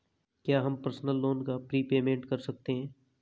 क्या हम personal loan का प्रीपेमेंट कर सकते हैं?